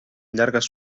llargues